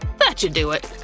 but should do it!